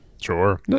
Sure